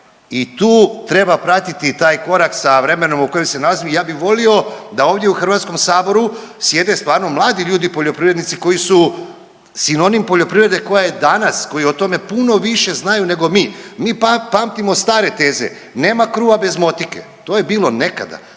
i tu treba pratiti taj korak sa vremenom u kojem se nalazimo. Ja bih volio da ovdje u Hrvatskom saboru sjede stvarno mladi ljudi poljoprivrednici koji su sinonim poljoprivrede koja je danas, koji o tome puno više znaju nego mi. Mi pamtimo stare teze – nema kruha bez motike. To je bilo nekada.